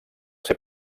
ser